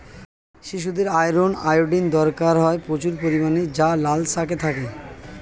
শিশুদের iron, iodine দরকার হয় প্রচুর পরিমাণে যা লাল শাকে থাকে